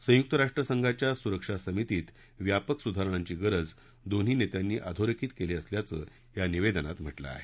संयुक राष्ट्रसंघाच्या सुरक्षा समितीत व्यापक सुधारणांची गरज दोन्ही नेत्यांनी अधोरेखित केली असल्याचं या निवेदनात म्हा कें आहे